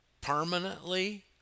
permanently